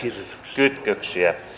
kytköksiä